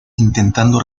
intentando